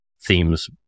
themes